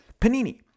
Panini